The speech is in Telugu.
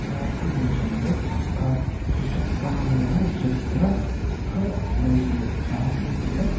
భారతదేశంలో ఒక సుసంపన్నమైన చరిత్ర క మరియు సాంస్కృతిక